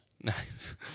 Nice